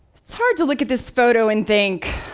it's hard to look at this photo and think,